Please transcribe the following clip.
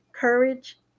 courage